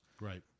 Right